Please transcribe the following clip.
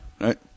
Right